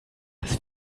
das